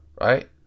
Right